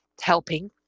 helping